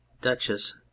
duchess